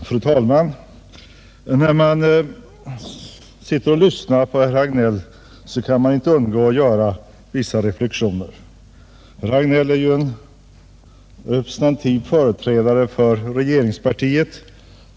Fru talman! När man lyssnar på herr Hagnell kan man inte undgå att göra vissa reflexioner. Herr Hagnell är ju en representativ företrädare för regeringspartiet.